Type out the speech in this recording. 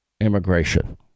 immigration